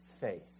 faith